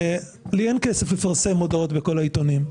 לי אין כסף לפרסם הודעות בכל העיתונים,